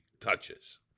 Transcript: touches